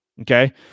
Okay